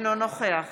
אינו נוכח